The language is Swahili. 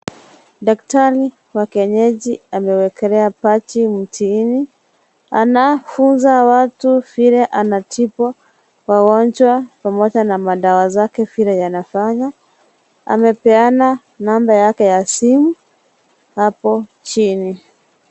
Daktari wa kienyeji amewekelea pati mtini, anafunza watu vile anatibu magonjwa pamoja na vile madawa zake vile zinafanya, amepeana namba yake ya simu hapo chini.